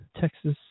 Texas